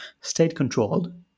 state-controlled